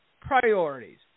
priorities